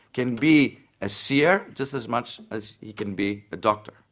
can be a seer just as much as he can be a doctor.